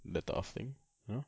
that type of thing you know